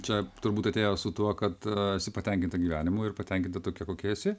čia turbūt atėjo su tuo kad esi patenkinta gyvenimu ir patenkinta tokia kokia esi